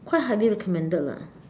quite highly recommended lah